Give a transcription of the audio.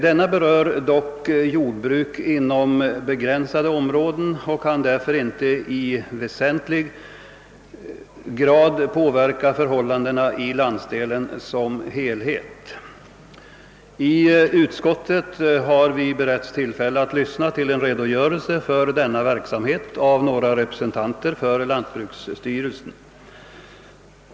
Denna berör dock ett mindre antal jordbruk inom begränsade områden och kan därför inte i väsentlig grad påverka förhållandena i landsdelen som helhet. I utskottet har vi beretts tillfälle att lyssna till en redogörelse för denna verksamhet av några representanter för lantbruksstyrelsen.